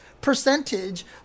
percentage